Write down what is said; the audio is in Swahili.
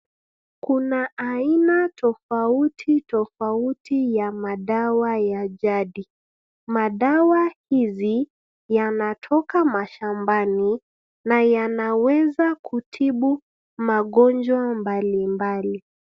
Kuna aina tofauti tofauti ya madawa ya jadi. Madawa hizi yanatoka mashambani na yanaweza kutibu magonjwa mbalimbali.